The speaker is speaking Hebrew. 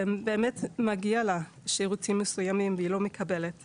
ובאמת מגיעים לה שירותים מסוימים והיא לא מקבלת אותם.